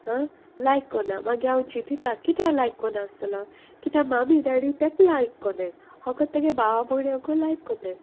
आं लायक कोन्ना मागी हांव चिंतिता कित्या लायक कोन्ना आसतलो कित्याक मामी डॅडी तेंक लायक कोनाय होको तेगे बाबा भोंवण्याकू लायक कोत्ताय